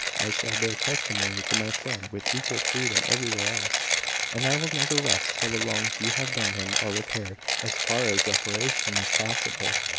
i shall bear testimony to my friend with equal freedom everywhere else and i will never rest till the wrongs you have done him are repaired as far as reparation is possible.